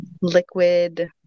liquid